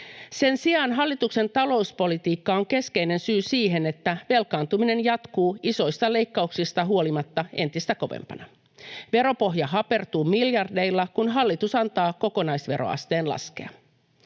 Sen sijaan hallituksen talouspolitiikka on keskeinen syy siihen, että velkaantuminen jatkuu isoista leikkauksista huolimatta entistä kovempana. Veropohja hapertuu miljardeilla, kun hallitus antaa kokonaisveroasteen laskea.